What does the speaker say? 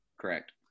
Correct